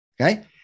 Okay